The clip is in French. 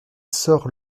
sort